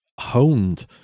honed